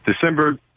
December